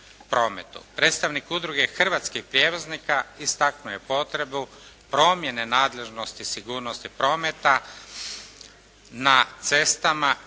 Predstavnik Udruge hrvatskih prijevoznika istaknuo je potrebu promjene nadležnosti sigurnosti prometa na cestama